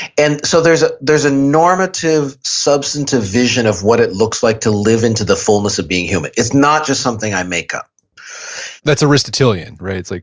and so there's ah there's a normative substantive vision of what it looks like to live into the fullness of being human. it's not just something i make up that's aristotelian, right? like